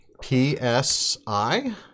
P-S-I